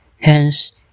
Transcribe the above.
hence